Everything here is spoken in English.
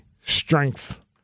strength